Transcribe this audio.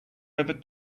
over